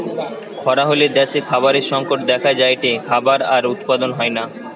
খরা হলে দ্যাশে খাবারের সংকট দেখা যায়টে, খাবার আর উৎপাদন হয়না